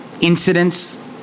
incidents